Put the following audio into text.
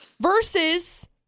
versus